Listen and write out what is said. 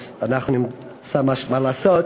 אז אנחנו נמצא מה לעשות.